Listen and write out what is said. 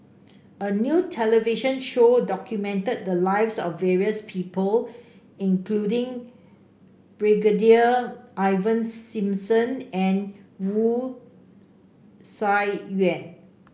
a new television show documented the lives of various people including Brigadier Ivan Simson and Wu Tsai Yen